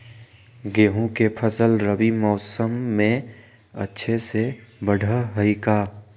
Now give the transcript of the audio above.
गेंहू के फ़सल रबी मौसम में अच्छे से बढ़ हई का?